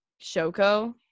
Shoko